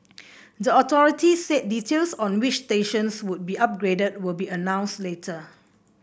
the authority said details on which stations would be upgraded will be announced later